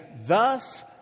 thus